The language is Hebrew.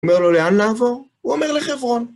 אומר לו: לאן לעבור? הוא אומר: לחברון.